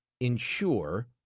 ensure